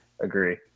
Agree